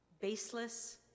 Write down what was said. baseless